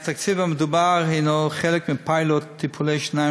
1 2. התקציב המדובר הנו חלק מפיילוט טיפולי שיניים